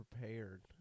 prepared